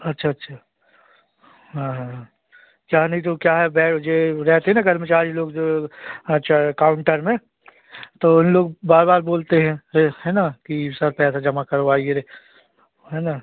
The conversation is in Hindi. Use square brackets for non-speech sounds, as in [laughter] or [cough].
अच्छा अच्छा हाँ क्या नहीं तो क्या है ये रहते हैं ना कर्मचारी लोग जो अच्छा काउन्टर में तो उन लोग बार बार बोलते हैं [unintelligible] है ना कि सर पैसा जमा करवाइए है ना